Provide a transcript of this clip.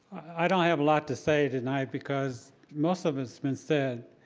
i don't have a lot to say tonight because most of it's been said.